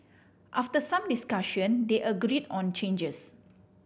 after some discussion they agreed on changes